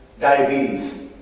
diabetes